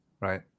right